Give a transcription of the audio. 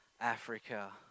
Africa